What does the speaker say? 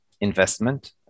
investment